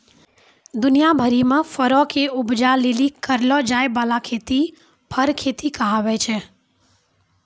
दुनिया भरि मे फरो के उपजा लेली करलो जाय बाला खेती फर खेती कहाबै छै